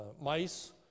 mice